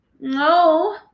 No